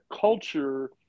culture